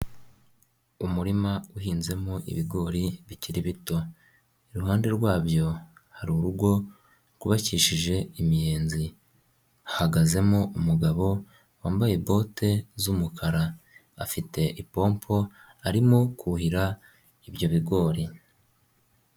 Umurima uhinzemo ibigori bikiri bito, iruhande rwabyo hari urugo rwubakishije imiyenzi, hahagazemo umugabo wambaye bote z'umukara, afite ipompo, arimo kuhira ibyo bigori.